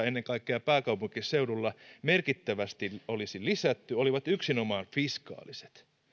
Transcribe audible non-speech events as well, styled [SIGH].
[UNINTELLIGIBLE] ennen kaikkea pääkaupunkiseudulla merkittävästi olisi lisätty olivat yksinomaan fiskaaliset